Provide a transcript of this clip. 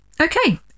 Okay